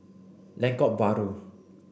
Lengkok Bahru